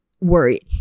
worried